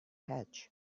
hatch